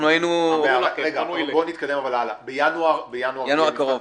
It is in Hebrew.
בינואר הקרוב